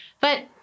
but-